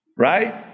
right